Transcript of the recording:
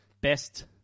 best